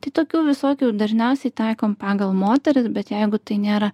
tai tokių visokių dažniausiai taikom pagal moteris bet jeigu tai nėra